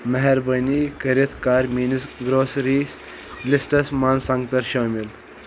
مہربٲنی کٔرِتھ کر میٛٲنِس گرٛوسری لِسٹَس منٛز سنٛگتَر شٲمِل